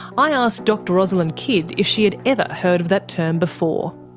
i asked dr rosalind kidd if she had ever heard of that term before.